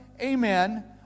amen